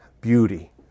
beauty